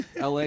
LA